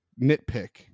nitpick